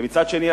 ומצד שני,